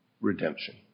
redemption